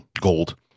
gold